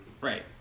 right